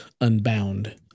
Unbound